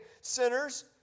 sinners